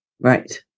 Right